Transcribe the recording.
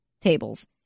tables